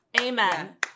Amen